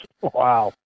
wow